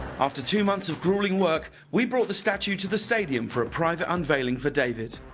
after two months of grueling work, we brought the statue to the stadium for a private unveiling for david.